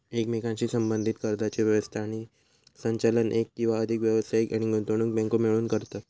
एकमेकांशी संबद्धीत कर्जाची व्यवस्था आणि संचालन एक किंवा अधिक व्यावसायिक आणि गुंतवणूक बँको मिळून करतत